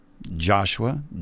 Joshua